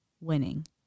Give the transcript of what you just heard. winning